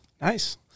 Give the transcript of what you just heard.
Nice